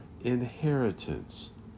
inheritance